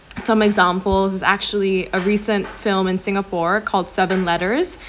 some examples is actually a recent film in singapore called seven letters